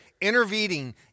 intervening